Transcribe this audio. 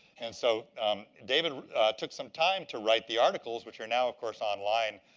and so david took some time to write the articles which are now, of course, online.